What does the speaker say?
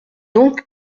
donc